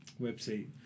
Website